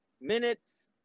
minutes